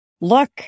look